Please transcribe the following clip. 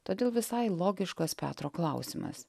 todėl visai logiškas petro klausimas